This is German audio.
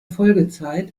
folgezeit